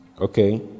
Okay